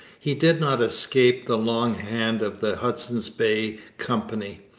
he did not escape the long hand of the hudson's bay company,